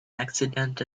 accident